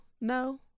no